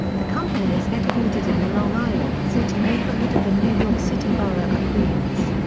the company is headquartered in the long island city neighborhood of the new york city borough of queens.